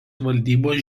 valdybos